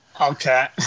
Okay